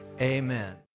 Amen